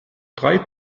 drei